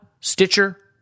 stitcher